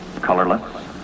colorless